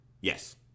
Yes